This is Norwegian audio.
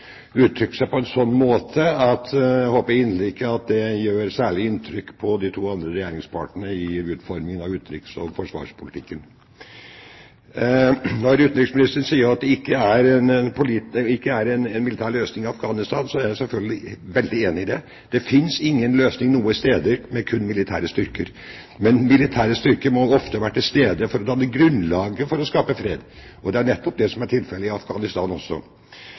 seg på en måte som jeg inderlig håper ikke gjør særlig inntrykk på de to andre regjeringspartene i utformingen av utenriks- og forsvarspolitikken. Når utenriksministeren sier at det ikke er en militær løsning i Afghanistan, er jeg selvfølgelig veldig enig i det. Det finnes ingen løsning noen steder med kun militære styrker, men militære styrker må ofte være til stede for å danne grunnlaget for å skape fred, og det er nettopp det som også er tilfellet i Afghanistan.